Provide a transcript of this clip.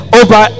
over